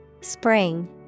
Spring